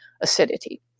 acidity